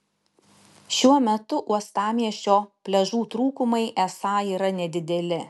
šiuo metu uostamiesčio pliažų trūkumai esą yra nedideli